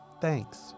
Thanks